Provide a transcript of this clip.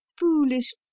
foolish